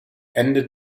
ende